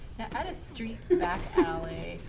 and a street back alley,